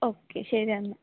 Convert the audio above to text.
okay ശരി എന്നാൽ